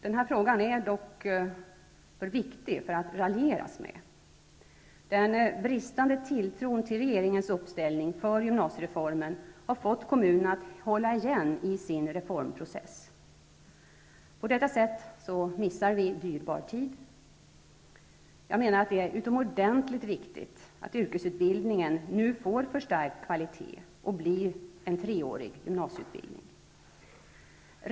Denna fråga är dock för viktig för att raljeras med. Den bristande tilltron till regeringens uppställning för gymnasiereformen har fått kommunerna att hålla igen i sin reformprocess. På detta sätt missar vi dyrbar tid. Jag menar att det är utomordentligt viktigt att yrkesutbildningen nu får förstärkt kvalitet och blir en treårig gymnasieutbildning.